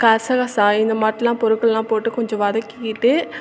கசகசா இந்த மாட்லாம் பொருட்கள்லாம் போட்டு கொஞ்சம் வதக்கிக்கிட்டு